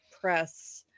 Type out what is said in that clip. Press